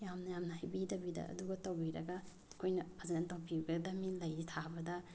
ꯌꯥꯝꯅ ꯌꯥꯝꯅ ꯍꯩꯕꯤꯗꯕꯤꯗ ꯑꯗꯨꯒ ꯇꯧꯕꯤꯔꯒ ꯑꯩꯈꯣꯏꯅ ꯐꯖꯅ ꯇꯧꯕꯤꯒꯗꯕꯅꯤ ꯂꯩꯁꯤ ꯊꯥꯕꯗ